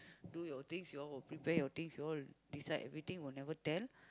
do your things you all will prepare your things you all decide everything will never tell